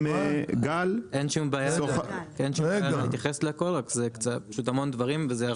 אין שום בעיה להתייחס להכל, אבל אלה המון דברים.